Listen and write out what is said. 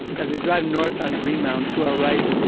as we drive north on greenmount, to our right,